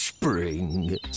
Spring